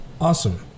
Awesome